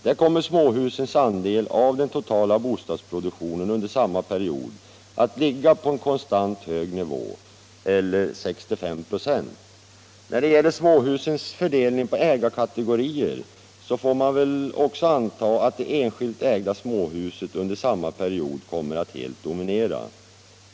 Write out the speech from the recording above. Där kommer småhusens andel av den totala bostadsproduktionen under samma period att ligga på en konstant hög nivå eller 65 ".. När det gäller småhusens fördelning på ägarkategorier får man väl anta att det enskilt ägda småhuset under samma period kommer att helt dominera.